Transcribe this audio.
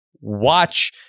watch